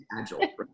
agile